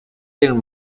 tienen